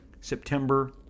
september